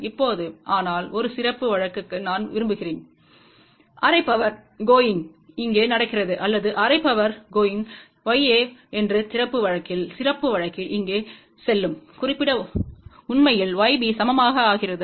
இப்போது ஆனால் ஒரு சிறப்பு வழக்குக்கு நான் விரும்புகிறேன் அரை பவர் கோயிங் இங்கே நடக்கிறது அல்லது அரை பவர் கோயிங் ya என்று சிறப்பு வழக்கில் இங்கே செல்லும் குறிப்பிடஉண்மையில் yb சமமாக ஆகிறது